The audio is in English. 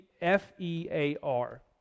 F-E-A-R